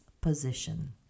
position